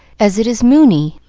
as it is moony,